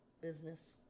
business